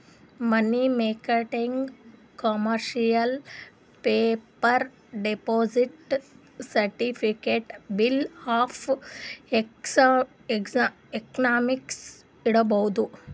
ಮನಿ ಮಾರ್ಕೆಟ್ನಾಗ್ commercial paper, deposit certificate, bills of exchange ಇಡ್ಬೋದ್